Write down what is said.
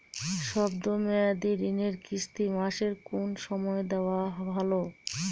শব্দ মেয়াদি ঋণের কিস্তি মাসের কোন সময় দেওয়া ভালো?